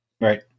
Right